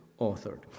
authored